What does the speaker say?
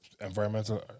environmental